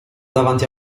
davanti